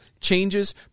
changes